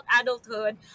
adulthood